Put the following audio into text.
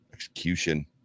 Execution